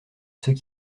ceux